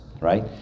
right